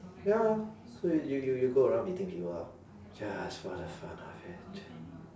ya so you you you go around beating people up just for the fun of it